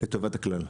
לטובת הכלל.